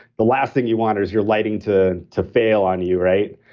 the last thing you want is your lighting to to fail on you, right?